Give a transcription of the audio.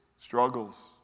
Struggles